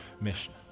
mission